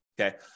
Okay